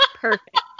Perfect